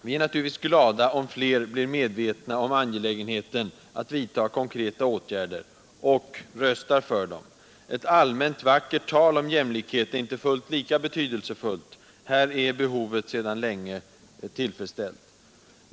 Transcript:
Vi är naturligtvis glada om fler blir medvetna om angelägenheten att vidta konkreta åtgärder — och röstar för dem. Ett allmänt vackert tal om jämlikhet är inte lika betydelsefullt här är behovet sedan länge tillfredsställt.